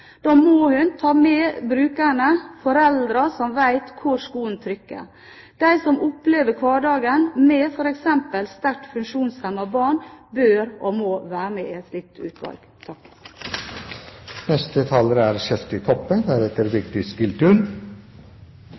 Da må hun ta med brukerne, foreldrene som vet hvor skoen trykker. De som opplever hverdagen med f.eks. sterkt funksjonshemmede barn, bør og må være med i et slikt utvalg.